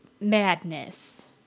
madness